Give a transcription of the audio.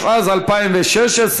התשע"ז 2016,